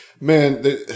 Man